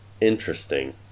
interesting